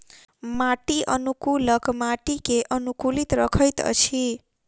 माटि अनुकूलक माटि के अनुकूलित रखैत अछि